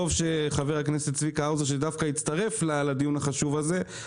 טוב שחבר הכנסת צביקה האוזר הצטרף לדיון החשוב הזה,